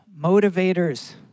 motivators